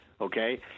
Okay